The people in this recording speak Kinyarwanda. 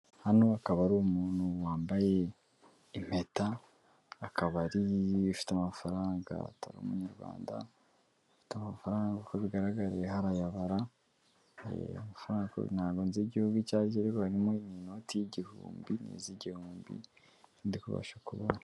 Hano akaba ari umuntu wambaye impeta akab afite amafaranga atari umunyarwanda, afite amafaranga uko bigaragara arimo arayabara, ntabwo nzi igihugu icyo aricyo ariko harimo inote y'igihumbi n'iz'igihumbi nizo ndi kubasha kubona.